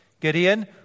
Gideon